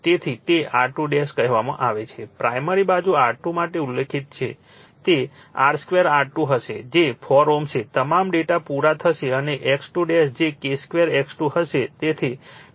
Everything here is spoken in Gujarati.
તેથી તેને R2 કહેવામાં આવે છે પ્રાઇમરી બાજુ R2 માટે ઉલ્લેખિત છે તે K2 R2 હશે જે 4 Ω છે તમામ ડેટા પુટ થશે અને X2 જે K2 X2 હશે